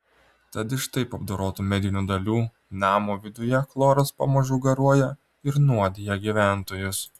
tad iš taip apdorotų medinių dalių namo viduje chloras pamažu garuoja ir nuodija gyventojus